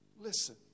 listen